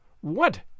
What